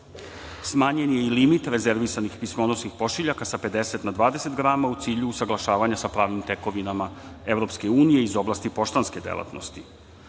je i limit rezervisanih pismonosnih pošiljaka sa 50 na 20 grama, u cilju usaglašavanja sa pravnim tekovinama EU iz oblasti poštanske delatnosti,